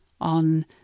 on